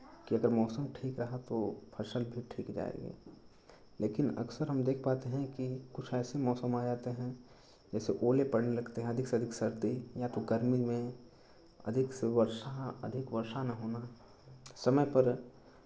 कि अगर मौसम ठीक रहा तो फसल भी ठीक जाएगी लेकिन अक्सर हम देख पाते हैं कि कुछ ऐसे मौसम आ जाते हैं जैसे ओले पड़ने लगते हैं अधिक से अधिक सर्दी या तो गर्मी में अधिक से वर्षा अधिक वर्षा ना होना समय पर